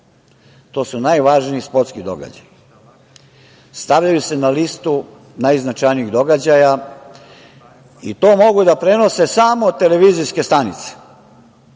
To su najvažniji sportski događaji. Stavljaju se na listu najznačajnijih događaja i to mogu da prenose samo televizijske stanice